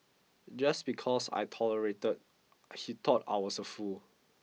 just because I tolerated he thought I was a fool